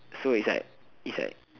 so it's like it's like